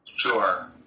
Sure